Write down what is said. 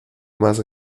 más